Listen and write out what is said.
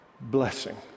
Blessing